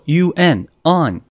,un,on